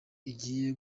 agiye